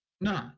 No